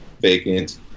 vacant